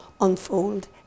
unfold